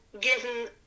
given